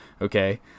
okay